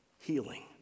healing